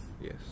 Yes